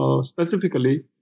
specifically